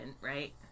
right